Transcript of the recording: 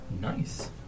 Nice